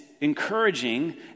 encouraging